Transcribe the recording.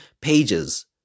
pages